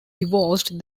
divorced